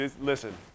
Listen